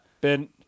Ben